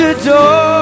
adore